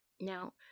Now